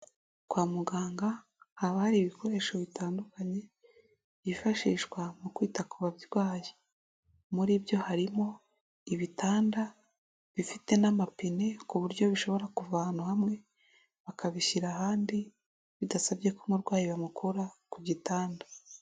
Kwa muganga haba hari ibikoresho bitandukanye byifashishwa mu kwita ku barwayi, muri byo harimo ibitanda bifite n'amapine ku buryo bishobora kuva ahantu hamwe bakabishyira ahandi bidasabye ko umurwayi bamukura ku gitanda.